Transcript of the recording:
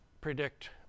predict